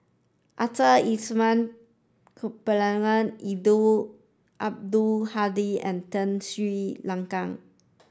Arthur Ernest Percival Eddino Abdul Hadi and Tun Sri Lanang